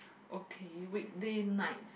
okay weekday nights